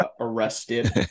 arrested